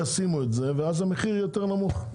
בעלויות המימון, ואז המחיר יהיה יותר נמוך.